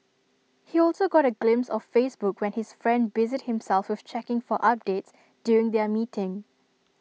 he also got A glimpse of Facebook when his friend busied himself with checking for updates during their meeting